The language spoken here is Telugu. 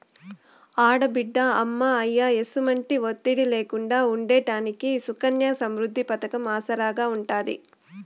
ఆడబిడ్డ అమ్మా, అయ్య ఎసుమంటి ఒత్తిడి లేకుండా ఉండేదానికి సుకన్య సమృద్ది పతకం ఆసరాగా ఉంటాది